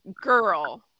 Girl